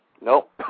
Nope